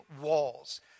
walls